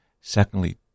Secondly